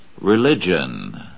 religion